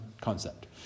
concept